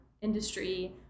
industry